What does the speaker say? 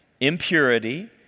impurity